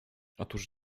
otóż